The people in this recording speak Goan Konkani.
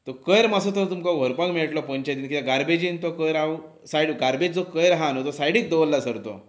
तो कोयर मातसो तो तुमकां व्हरपाक मेळटलो पंचायतीन किद्याक गार्बेजीन तो कोयर हांव सायड गार्बेज जो कोयर आसा न्हय तो सायडीक दवरला सर तो